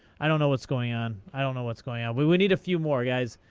i don't know what's going on. i don't know what's going on. we we need a few more, guys.